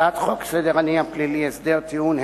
הצעת חוק סדר הדין הפלילי (הסדר טיעון),